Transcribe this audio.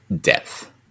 depth